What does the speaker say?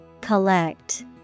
collect